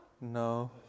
no